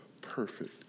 perfect